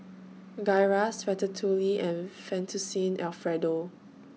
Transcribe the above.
Gyros Ratatouille and Fettuccine Alfredo